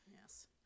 yes